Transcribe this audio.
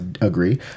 agree